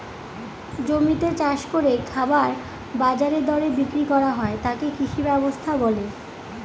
জমিতে চাষ করে খাবার বাজার দরে বিক্রি করা হয় তাকে কৃষি ব্যবস্থা বলে